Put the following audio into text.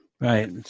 Right